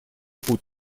путь